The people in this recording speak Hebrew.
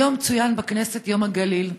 היום צוין בכנסת יום הגליל,